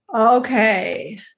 Okay